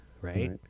right